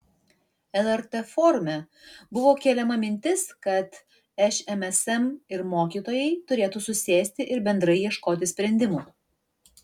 lrt forume buvo keliama mintis kad šmsm ir mokytojai turėtų susėsti ir bendrai ieškoti sprendimų